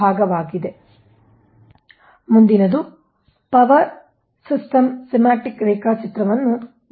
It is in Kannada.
ಆದ್ದರಿಂದ ಮುಂದಿನದು ನಾವು ಪವರ್ ಸಿಸ್ಟಮ್ನ ಸ್ಕೀಮ್ಯಾಟಿಕ್ ರೇಖಾಚಿತ್ರವನ್ನು ನೋಡೋಣ